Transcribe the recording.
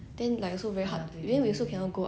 I think I would rather just like sacrifice myself